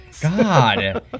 God